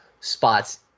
spots